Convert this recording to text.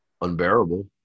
unbearable